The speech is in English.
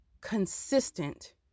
consistent